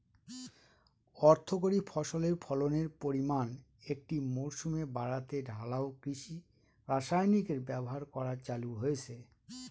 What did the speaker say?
অর্থকরী ফসলের ফলনের পরিমান একটি মরসুমে বাড়াতে ঢালাও কৃষি রাসায়নিকের ব্যবহার করা চালু হয়েছে